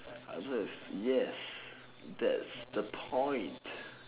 answer is yes that's the point